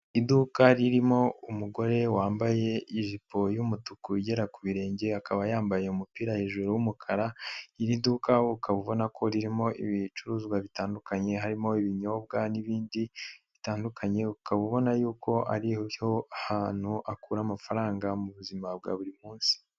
Iduka ririmo umugore wambaye ijipo y'umutuku ugera ku birenge, akaba yambaye umupira hejuru w'umukara, iri duka ukaba ubona ko ririmo ibicuruzwa bitandukanye, harimo ibinyobwa n'ibindi bitandukanye, ukaba ubona y'uko ariho hantu akura amafaranga muzima bwa buri munsi.